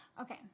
Okay